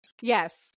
Yes